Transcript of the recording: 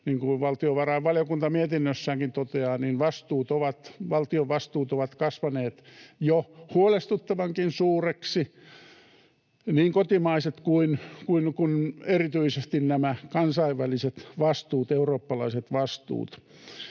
kuin valtiovarainvaliokunta mietinnössäänkin toteaa, valtion vastuut ovat kasvaneet jo huolestuttavankin suuriksi — niin kotimaiset kuin erityisesti nämä kansainväliset vastuut, eurooppalaiset vastuut.